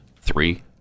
Three